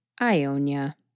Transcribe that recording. Ionia